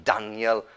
Daniel